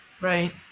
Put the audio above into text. Right